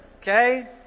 okay